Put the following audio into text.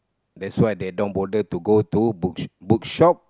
there's why they don't bother to go to book bookshops